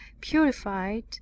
purified